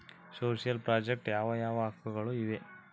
Social project ಯಾವ ಯಾವ ಹಕ್ಕುಗಳು ಇವೆ?